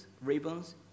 ribbons